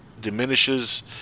diminishes